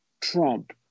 Trump